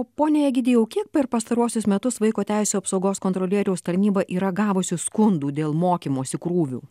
pone egidijau kiek per pastaruosius metus vaiko teisių apsaugos kontrolieriaus tarnyba yra gavusi skundų dėl mokymosi krūvių